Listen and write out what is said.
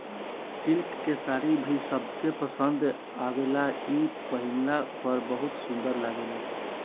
silk के साड़ी भी सबके पसंद आवेला इ पहिनला पर बहुत सुंदर लागेला